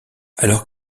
alors